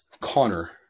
Connor